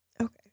Okay